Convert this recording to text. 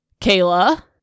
Kayla